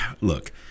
Look